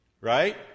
right